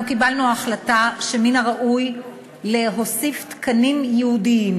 אנחנו קיבלנו החלטה שמן הראוי להוסיף תקנים ייעודיים